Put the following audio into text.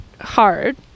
hard